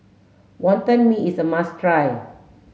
wonton mee is the must try